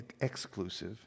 exclusive